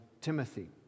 Timothy